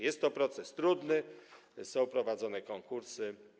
Jest to proces trudny, są prowadzone konkursy.